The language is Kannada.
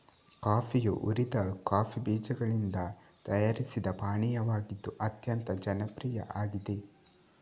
ಕಾಫಿಯು ಹುರಿದ ಕಾಫಿ ಬೀಜಗಳಿಂದ ತಯಾರಿಸಿದ ಪಾನೀಯವಾಗಿದ್ದು ಅತ್ಯಂತ ಜನಪ್ರಿಯ ಆಗಿದೆ